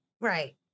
right